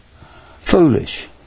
Foolish